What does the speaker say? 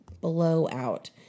blowout